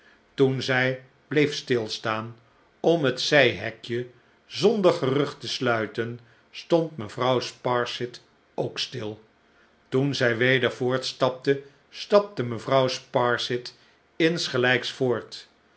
toen zij bleef stilstaan om het zijhekje zonder gerucht te sluiten stond mevrouw sparsit ook stil toen zij weder voortstapte stapte mevrouw sparsit insgelijks voort